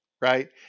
right